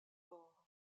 port